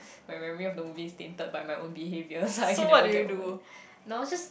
my memory of the movie is tainted by my own behavior so I can never get over that no it's just